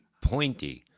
pointy